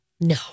No